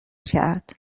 کرد